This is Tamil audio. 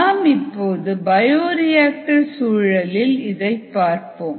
நாம் இப்போது பயோரியாக்டர் சூழலில் இதை பார்ப்போம்